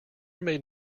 made